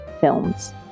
Films